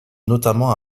notamment